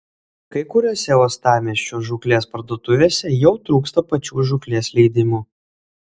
kai kuriose uostamiesčio žūklės parduotuvėse jau trūksta pačių žūklės leidimų